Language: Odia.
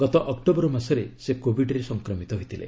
ଗତ ଅକ୍ଟୋବର ମାସରେ ସେ କୋଭିଡ୍ରେ ସଂକ୍ରମିତ ହୋଇଥିଲେ